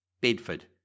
Bedford